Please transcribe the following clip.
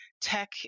Tech